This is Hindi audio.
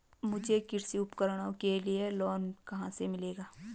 मुझे कृषि उपकरणों के लिए लोन कहाँ से मिलेगा?